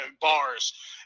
bars